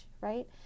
right